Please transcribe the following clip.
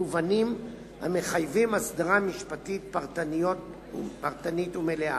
והמגוונים המחייבים הסדרה משפטית פרטנית ומלאה.